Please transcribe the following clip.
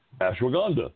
ashwagandha